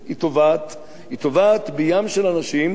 היא טובעת בים של אנשים שעם כל הכבוד